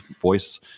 voice